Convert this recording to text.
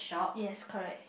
yes correct